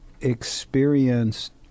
experienced